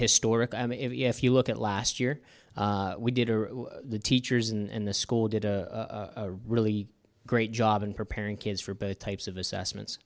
historic i mean if you look at last year we did the teachers and the school did a really great job in preparing kids for both types of assessments